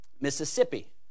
Mississippi